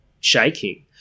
shaking